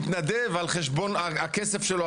מתנדב על חשבון הכסף שלו,